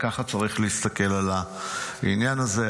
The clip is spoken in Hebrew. וכך צריך להסתכל על העניין הזה.